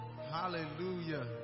Hallelujah